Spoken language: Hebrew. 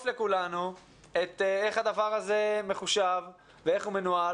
בפני כולם איך הדבר הזה מחושב ואיך הוא מנוהל.